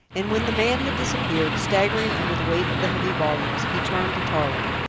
and when the man had disappeared, staggering under the weight of the heavy volumes he turned to tarling.